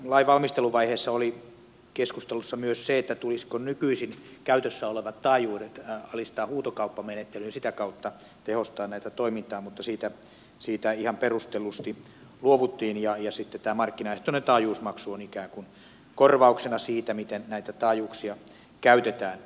lain valmisteluvaiheessa oli keskustelussa myös se tulisiko nykyisin käytössä olevat taajuudet alistaa huutokauppamenettelyyn ja sitä kautta tehostaa tätä toimintaa mutta siitä ihan perustellusti luovuttiin ja sitten tämä markkinaehtoinen taajuusmaksu on ikään kuin korvauksena siitä miten näitä taajuuksia käytetään